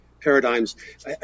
paradigms